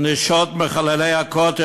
נשות מחללי הכותל,